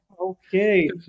Okay